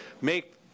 make